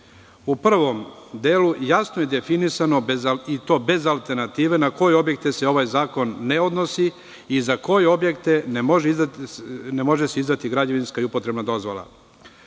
U prvom delu jasno je definisano i to bez alternative na koje objekte se ovaj zakon ne odnosi i za koje se objekte ne može izdati građevinska i upotrebna dozvola.